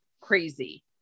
crazy